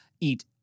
eat